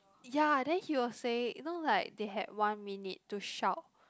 ya then he was saying you know like they had one minute to shout